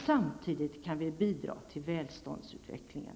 Samtidigt kan vi bidra till välståndsutvecklingen.